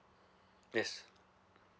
yes